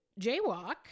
jaywalk